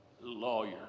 lawyer